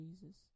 Jesus